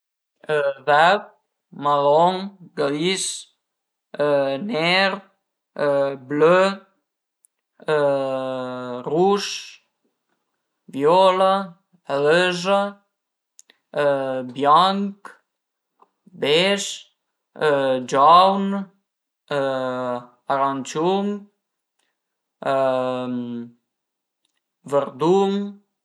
Vert, maron, gris, ner, blö rus, viola, röza, bianch, beige, giaun aranciun, vërdun